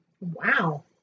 Wow